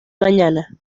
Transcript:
mañana